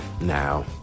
Now